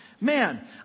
Man